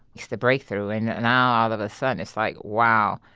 it's the breakthrough and now all of a sudden, it's like, wow,